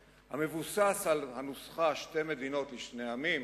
המבוסס על הנוסחה: שתי מדינות לשני עמים.